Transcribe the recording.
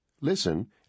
Listen